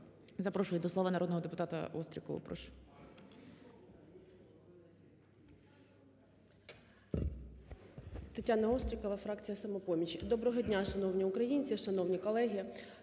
Запрошую до слова народного депутата Сергія